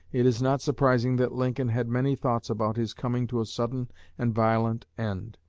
it is not surprising that lincoln had many thoughts about his coming to a sudden and violent end.